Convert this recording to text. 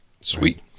Sweet